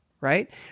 right